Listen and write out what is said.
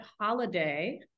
holiday